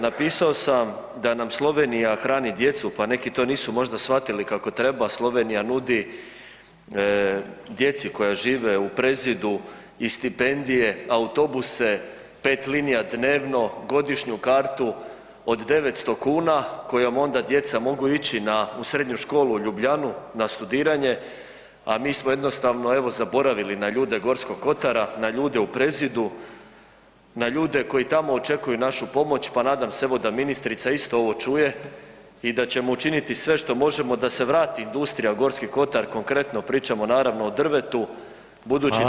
Napisao sam da nam Slovenija hrani djecu, pa neki to nisu možda shvatili kako treba, Slovenija nudi djeci koja žive u Prezidu i stipendije, autobuse, 5 linija dnevno, godišnju kartu od 900 kuna kojom onda djeca mogu ići na, u srednju školu u Ljubljanu na studiranje, a mi smo jednostavno evo zaboravili na ljude Gorskog kotara, na ljude u Prezidu, na ljude koji tamo očekuju našu pomoć, pa nadam se evo da ministrica isto ovo čuje i da ćemo učiniti sve što možemo da se vrati industrija u Gorski kotar, konkretno pričamo naravno o drvetu budući [[Upadica: Hvala]] da je to sve uništeno.